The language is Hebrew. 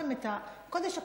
לקחתם את קודש הקודשים,